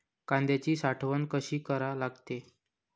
कांद्याची साठवन कसी करा लागते?